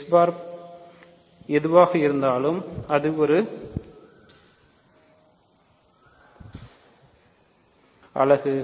x பார் எதுவாக இருந்தாலும் அது ஒரு அலகு